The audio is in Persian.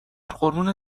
قربون